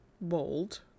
Bold